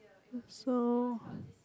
so